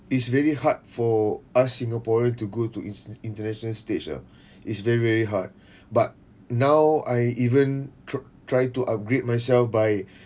is very hard for us singaporean to go to in~ international stage ah is very very hard but now I even tr~ try to upgrade myself by